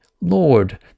Lord